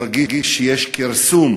מרגיש שיש כרסום